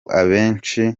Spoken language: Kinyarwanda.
abenshi